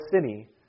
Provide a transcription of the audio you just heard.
city